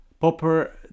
Popper